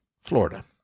florida